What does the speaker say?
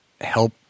help